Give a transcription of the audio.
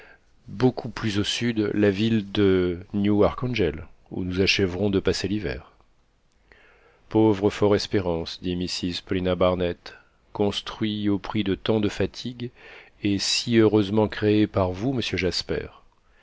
beaucoup plus au sud la ville de new arkhangel où nous achèverons de passer l'hiver pauvre fort espérance dit mrs paulina barnett construit au prix de tant de fatigues et si heureusement créé par vous monsieur